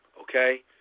okay